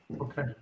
Okay